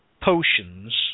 Potions